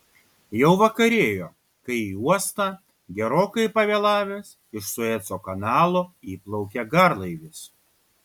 jau vakarėjo kai į uostą gerokai pavėlavęs iš sueco kanalo įplaukė garlaivis